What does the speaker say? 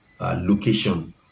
location